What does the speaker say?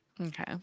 Okay